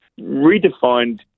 redefined